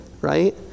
right